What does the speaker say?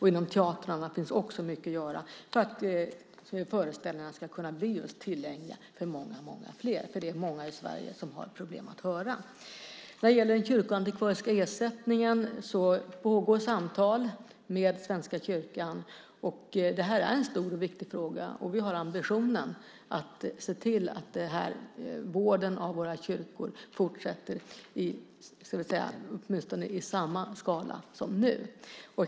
Det finns också mycket att göra inom teatrarna för att föreställningarna ska kunna bli tillgängliga för många fler. Det är många i Sverige som har problem att höra. Det pågår samtal om den kyrkoantikvariska ersättningen med Svenska kyrkan. Detta är en stor och viktig fråga. Vi har ambitionen att vården av våra kyrkor fortsätter åtminstone i samma skala som nu.